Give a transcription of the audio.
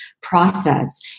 process